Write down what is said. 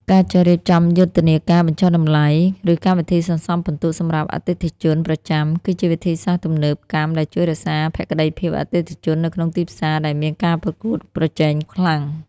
ការចេះរៀបចំយុទ្ធនាការបញ្ចុះតម្លៃ ឬកម្មវិធីសន្សំពិន្ទុសម្រាប់អតិថិជនប្រចាំ គឺជាវិធីសាស្ត្រទំនើបកម្មដែលជួយរក្សាភក្តីភាពអតិថិជននៅក្នុងទីផ្សារដែលមានការប្រកួតប្រជែងខ្លាំង។